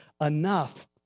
enough